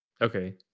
okay